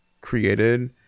created